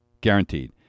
Guaranteed